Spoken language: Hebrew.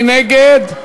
מי נגד?